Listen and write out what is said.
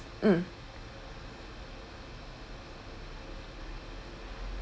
mm